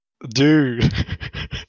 Dude